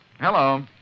Hello